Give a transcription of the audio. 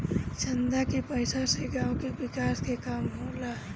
चंदा के पईसा से गांव के विकास के काम होला